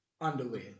Underwear